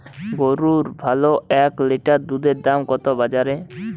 গরুর ভালো এক লিটার দুধের দাম কত বাজারে?